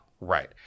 Right